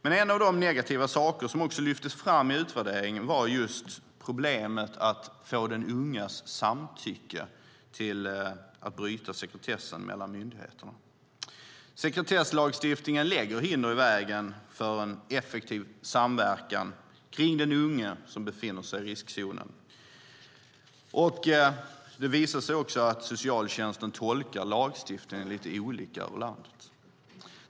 En av de negativa saker som lyftes fram i utvärderingen var problemet att få den unges samtycke till att bryta sekretessen mellan myndigheterna. Sekretesslagstiftningen lägger hinder i vägen för en effektiv samverkan kring den unge som befinner sig i riskzonen. Det visade sig också att socialtjänsten tolkar lagstiftningen lite olika över landet.